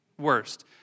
worst